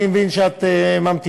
אני מבין שאת ממתינה,